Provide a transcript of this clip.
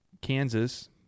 Kansas